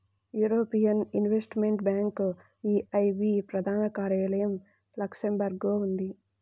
European investment bank EIB ప్రధాన కార్యాలయం లక్సెంబర్గ్లో ఉంది